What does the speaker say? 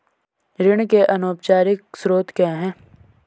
ऋण के अनौपचारिक स्रोत क्या हैं?